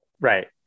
Right